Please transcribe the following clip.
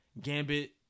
gambit